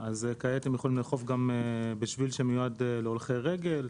כעת הם יכולים לאכוף גם בשביל שמיועד להולכי רגל.